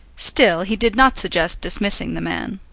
still he did not suggest dismissing the man.